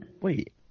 Wait